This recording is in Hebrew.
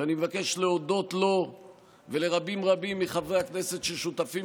שאני מבקש להודות לו ולרבים רבים מחברי הכנסת ששותפים